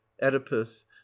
oedipus